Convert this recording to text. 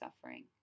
suffering